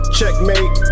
Checkmate